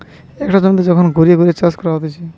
একটা জমিতে যখন ঘুরিয়ে ঘুরিয়ে চাষ করা হতিছে